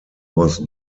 was